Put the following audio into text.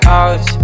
out